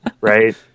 right